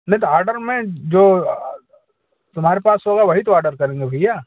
नहीं तो आर्डर में जो तुम्हारे पास होगा वही तो आर्डर करेंगे भैया